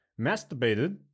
masturbated